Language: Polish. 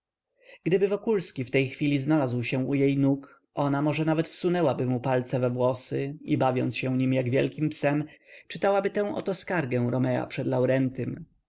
gdyby wokulski w tej chwili znalazł się u jej nóg ona może nawet wsunęłaby mu palce we włosy i bawiąc się nim jak wielkim psem czytałaby tę oto skargę romea przed laurentym